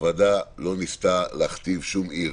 הוועדה לא ניסתה להכתיב שום עיר.